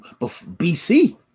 BC